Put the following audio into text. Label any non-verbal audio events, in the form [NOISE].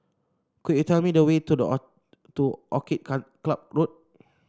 could you tell me the way to the [UNINTELLIGIBLE] to Orchid can Club Road